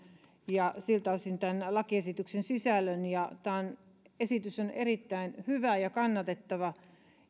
ja siltä osin tämän lakiesityksen sisällön tämä esitys on erittäin hyvä ja kannatettava